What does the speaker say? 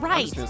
Right